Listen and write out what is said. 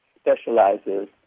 specializes